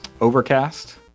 Overcast